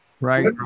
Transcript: Right